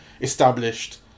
established